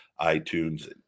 iTunes